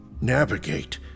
Navigate